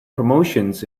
promotions